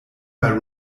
bei